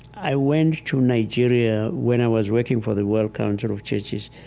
i went to nigeria when i was working for the world council of churches,